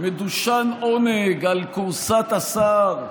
מדושן עונג על כורסת השר.